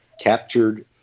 captured